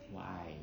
why